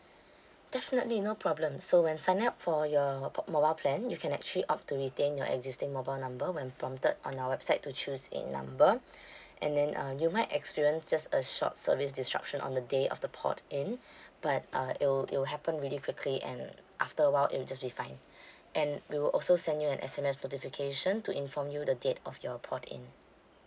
definitely no problem so when sign up for your po~ mobile plan you can actually opt to retain your existing mobile number when prompted on our website to choose a number and then uh you might experience just a short service disruption on the day of the port in but uh it will it will happen really quickly and after a while it will just be fine and we'll also send you an S_M_S notification sure to inform you the date of your port in